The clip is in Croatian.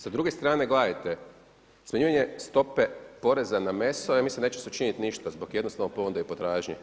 Sa druge strane gledajte, smanjivanje stope poreza na meso, ja mislim neće se učiniti ništa zbog jednostavne ponude i potražnje.